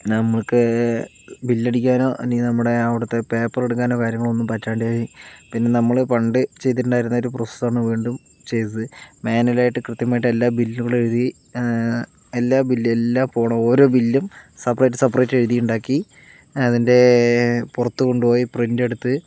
നമുക്ക് ബില്ലടിക്കാനോ അല്ലെങ്കിൽ നമ്മുടെ അവിടുത്തെ പേപ്പർ എടുക്കാനോ കാര്യങ്ങളോ ഒന്നും പറ്റാതെയായി പിന്നെ നമ്മൾ പണ്ട് ചെയ്തിട്ടുണ്ടായിരുന്ന ഒരു പ്രൊസസ്സാണ് വീണ്ടും ചെയ്തത് മാനുവലായിട്ട് കൃത്യമായിട്ടെല്ലാ ബില്ലുകളും എഴുതി എല്ലാ ബില്ലും എല്ലാ കോഡും ഓരോ ബില്ലും സപ്പറേറ്റ് സപ്പറേറ്റ് എഴുതി ഉണ്ടാക്കി അതിൻ്റെ പുറത്തുകൊണ്ടുപോയി പ്രിൻ്റെടുത്ത്